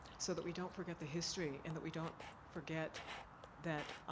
so that we don't forget the history and that we don't forget that,